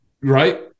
Right